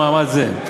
במאמץ זה.